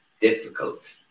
Difficult